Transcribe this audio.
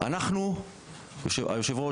היו"ר,